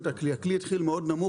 הכלי התחיל מאוד נמוך,